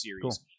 series